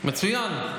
מצוין.